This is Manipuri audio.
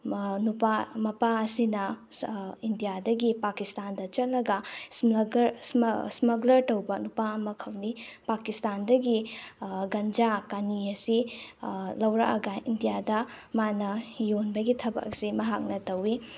ꯃꯄꯥ ꯑꯁꯤꯅ ꯏꯟꯗꯤꯌꯥꯗꯒꯤ ꯄꯥꯀꯤꯁꯇꯥꯟꯗ ꯆꯠꯂꯒ ꯁ꯭ꯃꯒ꯭ꯂꯔ ꯇꯧꯕ ꯅꯨꯄꯥ ꯑꯃꯈꯛꯅꯤ ꯄꯥꯀꯤꯁꯇꯥꯟꯗꯒꯤ ꯒꯟꯖꯥ ꯀꯥꯅꯤ ꯑꯁꯤ ꯂꯧꯔꯛꯑꯒ ꯏꯟꯗꯤꯌꯥꯗ ꯃꯥꯅ ꯌꯣꯟꯕꯒꯤ ꯊꯕꯛ ꯑꯁꯤ ꯃꯍꯥꯛꯅ ꯇꯧꯏ